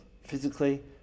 physically